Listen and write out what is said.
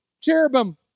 cherubim